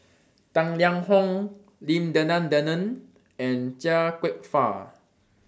Tang Liang Hong Lim Denan Denon and Chia Kwek Fah